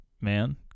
man